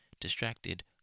distracted